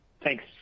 Thanks